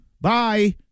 Bye